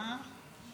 חצי שנייה, רגע,